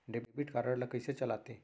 Debit card ला कइसे चलाते?